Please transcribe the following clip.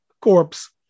corpse